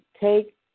take